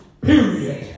Period